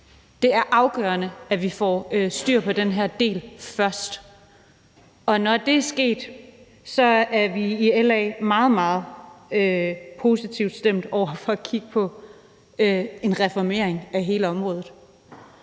Det er afgørende, at vi får styr på den her del først, og når det er sket, er vi i LA meget, meget positivt stemt over for at kigge på en reformering af hele området.